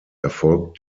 erfolgt